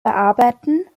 bearbeiten